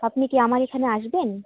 আপনি কি আমার এখানে আসবেন